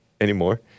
anymore